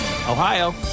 Ohio